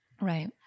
Right